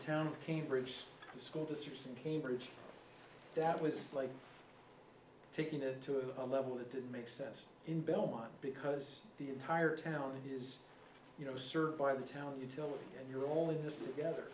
of cambridge the school district in cambridge that was like taking it to a level that didn't make sense in belmont because the entire town is you know served by the town utility and you only do this together